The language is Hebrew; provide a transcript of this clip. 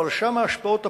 אבל שם ההשפעות הפוליטיות,